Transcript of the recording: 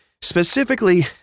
specifically